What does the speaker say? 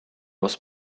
was